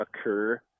occur